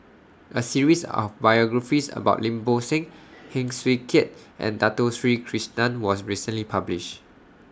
A series of biographies about Lim Bo Seng Heng Swee Keat and Dato Sri Krishna was recently published